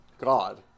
God